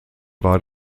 war